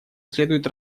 следует